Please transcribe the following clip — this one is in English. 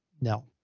no